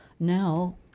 Now